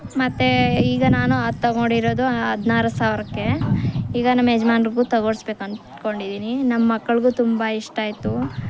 ಮತ್ತು ಈಗ ನಾನು ಅದು ತೊಗೊಂಡಿರೋದು ಹದ್ನಾರು ಸಾವಿರಕ್ಕೆ ಈಗ ನಮ್ಮ ಯಜಮಾನ್ರಿಗೂ ತೊಗೋಡ್ಸಬೇಕು ಅಂದ್ಕೊಂಡಿದ್ದೀನಿ ನಮ್ಮಕ್ಕಳಿಗೂ ತುಂಬ ಇಷ್ಟ ಆಯ್ತು